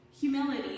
Humility